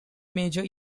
major